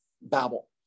babble